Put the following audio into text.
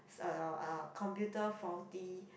um computer faulty